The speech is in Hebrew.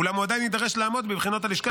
אולם הוא עדיין יידרש לעמוד בבחינות הלשכה